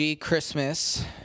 Christmas